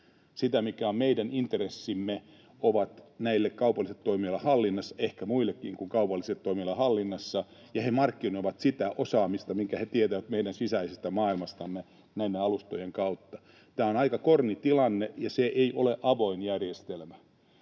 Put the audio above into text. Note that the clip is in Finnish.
Se, mitä ovat meidän intressimme, on näiden kaupallisten toimijoiden hallinnassa, ehkä muidenkin kuin kaupallisten toimijoiden hallinnassa, ja he markkinoivat sitä osaamistaan, mitä he tietävät meidän sisäisestä maailmastamme, näiden alustojen kautta. Tämä on aika korni tilanne, ja se ei ole tässä